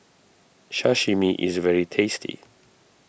Sashimi is very tasty